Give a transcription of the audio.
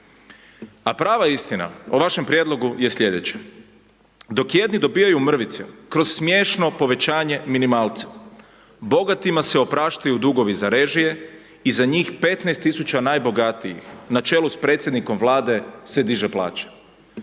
A prava istina o vašem prijedlogu je slijedeće, dok jedni dobivaju mrvice kroz smiješno povećanje minimalca, bogatima se opraštaju dugovi za režije i za njih 15.000 najbogatijih na čelu s predsjednikom Vlade se diže plaća.